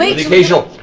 the beach